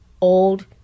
old